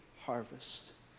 harvest